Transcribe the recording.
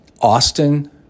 Austin